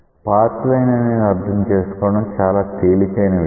path line అనేది అర్ధం చేసుకోవడం చాలా తేలికైన విషయం